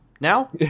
Now